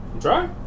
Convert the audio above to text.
Try